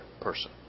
person